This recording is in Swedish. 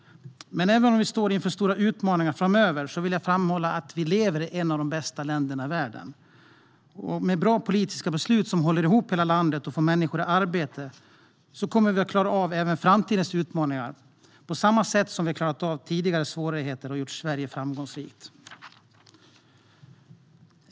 Men även om vi står inför stora utmaningar framöver vill jag framhålla att vi lever i ett av de bästa länderna i världen. Med bra politiska beslut som håller ihop hela landet och får människor i arbete kommer vi att klara av även framtidens utmaningar på samma sätt som vi har klarat av tidigare svårigheter och gjort Sverige framgångsrikt.